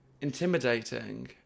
intimidating